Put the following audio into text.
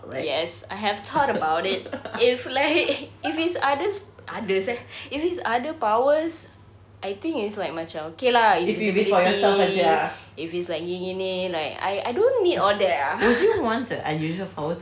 yes I have thought about it if like if it's others others eh if it's other powers I think it's like macam okay lah if it's like creative if it's like gini gini like I I don't need all that ah